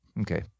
okay